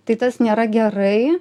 tai tas nėra gerai